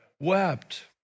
wept